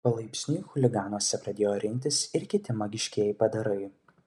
palaipsniui chuliganuose pradėjo rinktis ir kiti magiškieji padarai